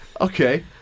Okay